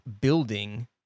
building